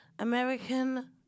American